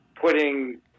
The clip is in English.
putting